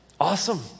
awesome